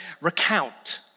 recount